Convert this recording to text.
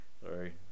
Sorry